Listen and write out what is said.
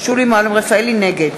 נגד